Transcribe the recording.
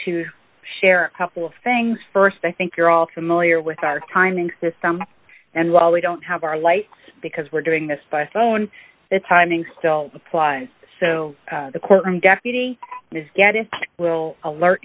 to share a couple of things st i think you're all familiar with our timing system and well we don't have our light because we're doing this by phone the timing still applies so the courtroom deputy does get it will alert